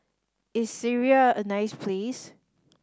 is Syria a nice place